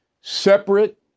Separate